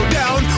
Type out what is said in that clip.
down